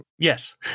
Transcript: Yes